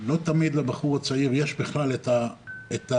לא תמיד לבחור הצעיר יש בכלל את האמצעים